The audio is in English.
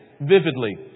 vividly